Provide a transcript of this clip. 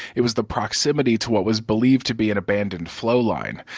it was the proximity to what was believed to be an abandoned flowline.